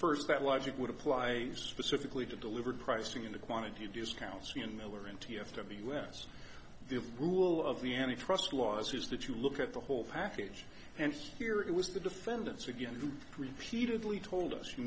first that logic would apply specifically to deliver pricing in the quantity discounts in miller in t f to the us the rule of the anti trust laws is that you look at the whole package and here it was the defendants again repeatedly told us you